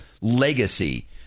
legacy